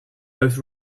both